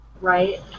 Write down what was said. right